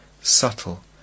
subtle